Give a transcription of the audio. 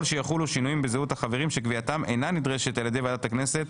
שיחולו שינויים בזהות החברים שקביעתם אינה נדרשת על ידי ועדת הכנסת,